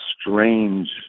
strange